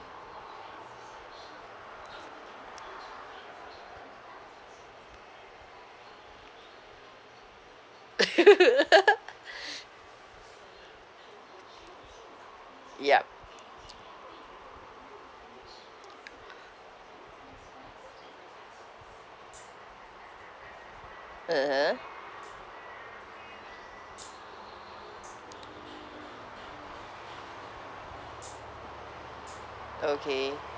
yup (uh huh) okay